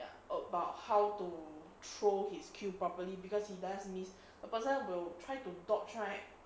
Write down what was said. ya about how to throw his kill properly because he does miss a person will try to dodge right